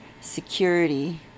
security